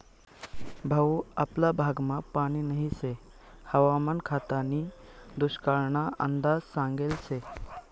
भाऊ आपला भागमा पानी नही शे हवामान खातानी दुष्काळना अंदाज सांगेल शे